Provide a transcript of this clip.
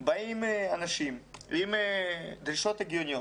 באים אנשים עם דרישות הגיוניות,